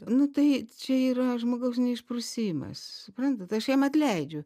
nu tai čia yra žmogaus neišprusimas suprantat aš jam atleidžiu